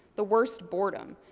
the worse boredom.